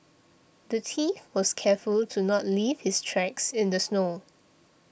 the thief was careful to not leave his tracks in the snow